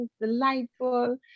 delightful